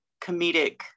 comedic